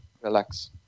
relax